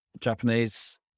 Japanese